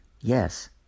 yes